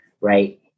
right